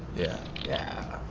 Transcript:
yeah, yeah.